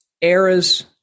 eras